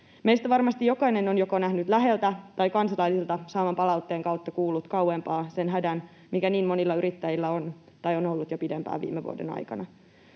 Meistä varmasti jokainen on joko nähnyt läheltä tai kansalaisilta saamansa palautteen kautta kuullut kauempaa sen hädän, mikä niin monilla yrittäjillä on tai on ollut jo pidempään viime vuoden aikana.